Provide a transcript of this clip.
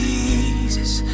Jesus